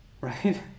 right